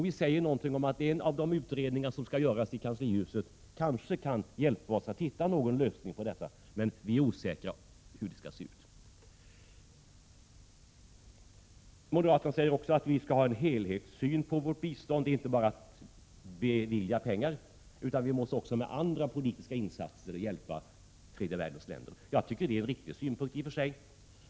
Vi säger någonting om att en av de utredningar som skall göras i kanslihuset kanske kan hjälpa oss att hitta någon lösning, men vi är osäkra om hur den skall se ut. Moderaterna säger också att vi skall ha en helhetssyn på vårt bistånd. Det är inte bara att bevilja pengar, utan vi måste också med andra politiska insatser hjälpa tredje världens länder. Jag tycker att det är en riktig syn.